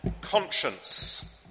conscience